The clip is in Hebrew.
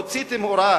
הוצאתם הוראה